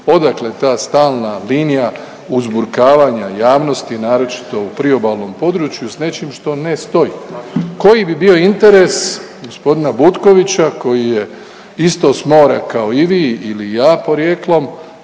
odakle ta stalna linija uzburkavanja javnosti naročito u priobalnom području sa nečim što ne stoji. Koji bi bio interes gospodina Butkovića koji je isto s mora kao i vi ili ja porijeklom